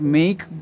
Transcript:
make